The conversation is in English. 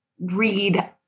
read